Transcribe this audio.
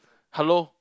hello